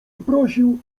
prosił